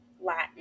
Latin